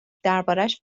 دربارش